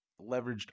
Leveraged